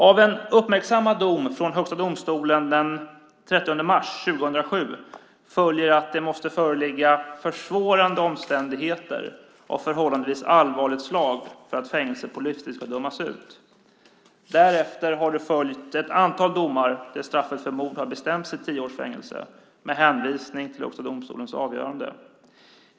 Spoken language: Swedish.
Av en uppmärksammad dom i Högsta domstolen den 30 mars 2007 följer att det måste föreligga försvårande omständigheter av förhållandevis allvarligt slag för att fängelse på livstid ska dömas ut. Därefter har det följt ett antal domar där straffet för mord har bestämts till tio års fängelse med hänvisning till Högsta domstolens avgörande.